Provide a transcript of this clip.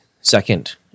second